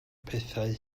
pethau